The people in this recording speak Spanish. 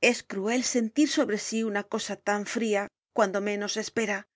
es cruel sentir sobre sí una cosa tanfria cuando menos se espera